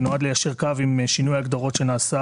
ונועד ליישר קו עם שינוי ההגדרות שנעשה